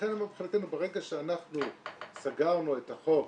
לכן אני אומר שמבחינתנו ברגע שאנחנו סגרנו את החוק